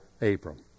Abram